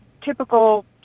typical